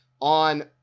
on